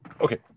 Okay